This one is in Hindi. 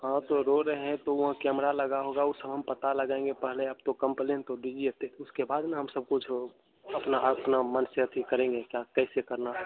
हाँ तो रो रहे हैं तो वहाँ कैमरा लगा होगा वो सब हम पता लगाएँगे पहले आप तो कंप्लेन तो दीजिए तब उसके बाद न हम सब कुछ वो अपना अपना मन से अथी करेंगे क्या कैसे करना